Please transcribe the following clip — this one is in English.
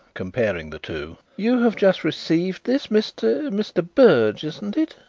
comparing the two. you have just received this, mr mr. berge, isn't it?